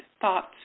thoughts